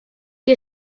que